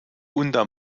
unter